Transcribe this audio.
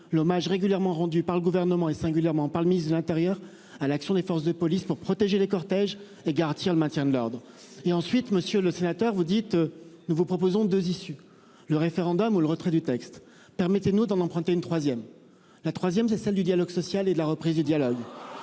l'hommage régulièrement rendus par le gouvernement et singulièrement par le ministre de l'Intérieur à l'action des forces de police pour protéger les cortèges et garantir le maintien de l'ordre et ensuite monsieur le sénateur, vous dites, nous vous proposons de 2 issus le référendum ou le retrait du texte. Permettez-nous d'en emprunter une troisième la troisième c'est celle du dialogue social et de la reprise du dialogue.